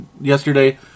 Yesterday